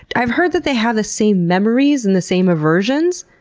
i've heard that they have the same memories and the same aversions?